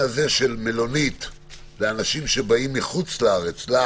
אנשים שבאים לארץ מחוץ לארץ